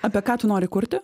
apie ką tu nori kurti